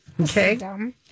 Okay